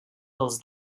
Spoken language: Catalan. dels